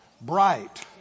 bright